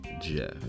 Jeff